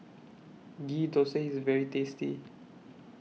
Ghee Thosai IS very tasty